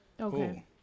Okay